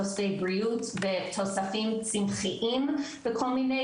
תוספי בריאות ותוספים צמחיים לכל מיני